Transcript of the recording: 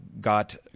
got